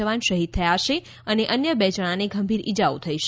જવાન શહિદ થયા છે અને અન્ય બે જણાને ગંભીર ઈજાઓ થઈ છે